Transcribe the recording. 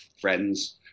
friends